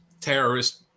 terrorist